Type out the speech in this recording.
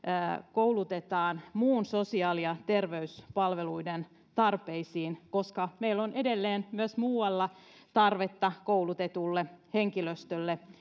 koulutetaan muiden sosiaali ja terveyspalveluiden tarpeisiin koska meillä on edelleen myös muualla tarvetta koulutetulle henkilöstölle